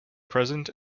present